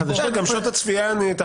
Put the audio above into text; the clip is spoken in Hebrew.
ועכשיו זה 12. גם שעות הצפייה מתאחרות.